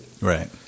right